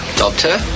doctor